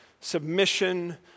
submission